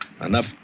Enough